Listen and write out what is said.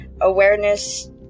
awareness